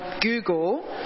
google